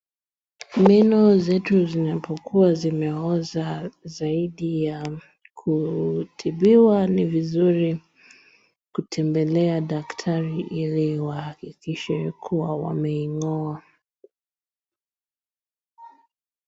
Meno zetu zinapokua zimeoza zaidi ya kutibiwa ni vizuri kutembelea daktari ili wahakikishe kua wameing'oa.